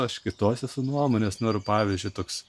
aš kitos esu nuomonės na ir pavyzdžiui toks